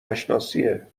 نشناسیه